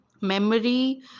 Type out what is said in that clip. memory